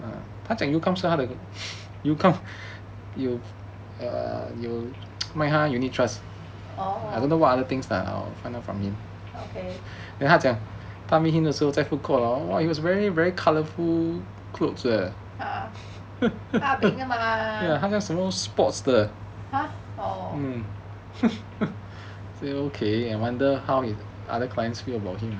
orh okay